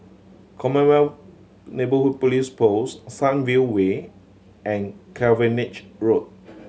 Commonwealth Neighbourhood Police Post Sunview Way and Cavenagh Road